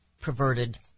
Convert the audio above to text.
perverted